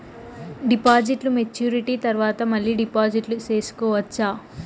డిపాజిట్లు మెచ్యూరిటీ తర్వాత మళ్ళీ డిపాజిట్లు సేసుకోవచ్చా?